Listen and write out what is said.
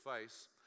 face